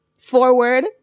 forward